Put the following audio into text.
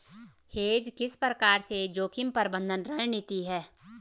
Hedge किस प्रकार से जोखिम प्रबंधन रणनीति है?